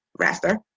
raster